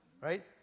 Right